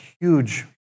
huge